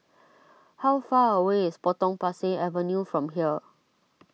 how far away is Potong Pasir Avenue from here